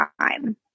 time